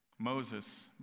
Moses